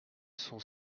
son